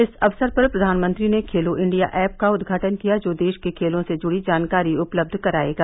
इस अवसर पर प्रधानमंत्री ने खेलो इंडिया एप का उदघाटन किया जो देश के खेलों से जुड़ी जानकारी उपलब्ध करायेगा